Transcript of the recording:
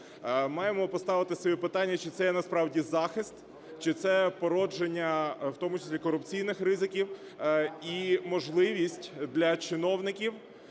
Маємо поставити своє питання, чи це є насправді захист, чи це породження в тому числі корупційних ризиків, і можливість для чиновників